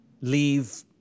leave